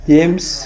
James